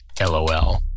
LOL